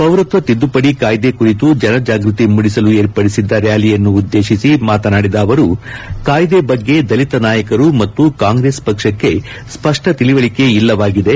ಪೌರತ್ವ ತಿದ್ಲುಪಡಿ ಕಾಯ್ದೆ ಕುರಿತು ಜನಜಾಗೃತಿ ಮೂಡಿಸಲು ಏರ್ಪಡಿಸಿದ್ದ ರ್ನಾಲಿಯನ್ನು ಉದ್ಲೇತಿಸಿ ಮಾತನಾಡಿದ ಅವರು ಕಾಯ್ದೆ ಬಗ್ಗೆ ದಲಿತ ನಾಯಕರು ಮತ್ತು ಕಾಂಗ್ರೆಸ್ ಪಕ್ಷಕ್ಕೆ ಸ್ಪಷ್ಟ ತಿಳಿವಳಿಕೆ ಇಲ್ಲವಾಗಿದೆ